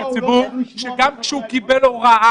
שגם כשהוא קיבל הוראה,